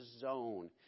zone